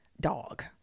dog